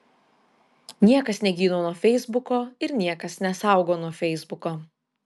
niekas negydo nuo feisbuko ir niekas nesaugo nuo feisbuko